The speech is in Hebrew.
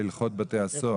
להלכות בתי הסוהר.